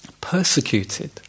persecuted